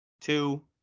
two